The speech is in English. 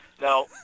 Now